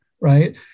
right